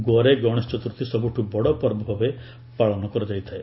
ଗୋଆରେ ଗଣେଶ ଚତୁର୍ଥୀ ସବୁଠୁ ବଡ଼ ପର୍ବ ଭାବେ ପାଳନ କରାଯାଇଥାଏ